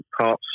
parts